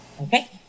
Okay